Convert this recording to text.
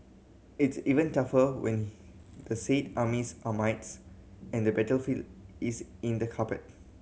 it's even tougher when the said armies are mites and the battlefield is in the carpet